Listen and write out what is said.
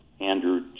Andrew